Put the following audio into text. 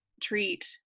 treat